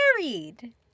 married